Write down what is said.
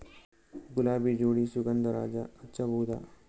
ಗುಲಾಬಿ ಜೋಡಿ ಸುಗಂಧರಾಜ ಹಚ್ಬಬಹುದ?